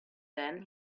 then